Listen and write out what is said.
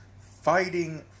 Fighting